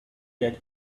that